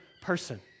person